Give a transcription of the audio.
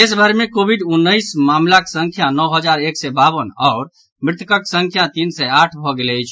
देश भरि मे कोविड उन्नैस मामिलाक संख्या नओ हजार एक सय बावन आओर मृतकक संख्या तीन सय आठ भऽ गेल अछि